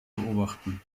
beobachten